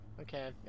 Okay